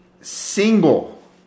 single